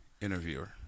interviewer